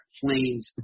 flames